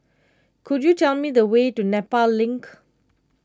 could you tell me the way to Nepal Link